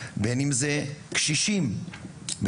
קשישים,